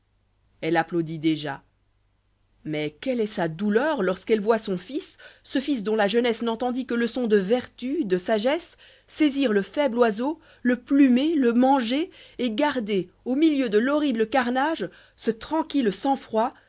elle applaudit déjà mais quelle est sa douleur lorsqu'elle voit son fils ce fils dont la jeunesse n'entendit que leçons do vertu de sagesse saisir le fbible oiseau le plumer le manger et garder au milieu de l'horrible carnage ce tranquille sang-froid